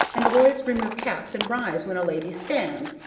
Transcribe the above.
and the boys remove caps and rise when a lady stands,